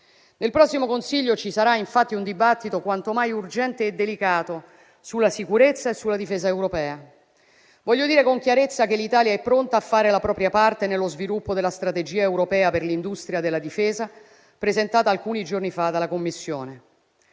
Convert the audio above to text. Nel prossimo Consiglio ci sarà infatti un dibattito, quanto mai urgente e delicato, sulla sicurezza e sulla difesa europea. Voglio dire con chiarezza che l'Italia è pronta a fare la propria parte nello sviluppo della strategia europea per l'industria della difesa, presentata alcuni giorni fa dalla Commissione.